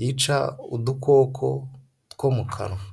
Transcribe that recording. yica udukoko two mu kanwa.